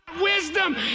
wisdom